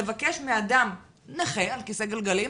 לבקש מאדם נכה על כיסא גלגלים,